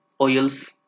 oils